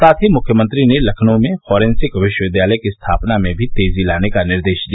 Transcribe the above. साथ ही मुख्यमंत्री ने लखनऊ में फॉरेंसिक विश्वविद्यालय की स्थापना में भी तेजी लाने का निर्देश दिया